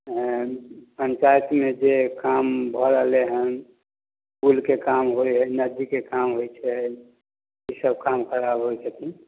एँ पञ्चायतमे जे काम भऽ रहलै हन पुलके काम होइ हइ नदीके काम होइ छै ईसभ काम कराबै छथिन